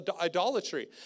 idolatry